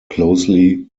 closely